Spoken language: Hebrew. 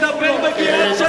נטפל בזה בנפרד.